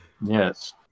yes